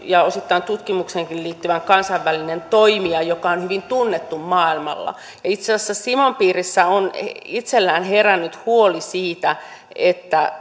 ja osittain tutkimukseenkin liittyvä kansainvälinen toimija joka on hyvin tunnettu maailmalla itse asiassa cimon piirissä on heillä itsellään herännyt huoli siitä